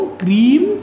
cream